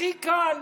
הכי קל: